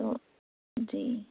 تو جی